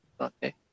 Okay